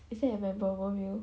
is it I remember one meal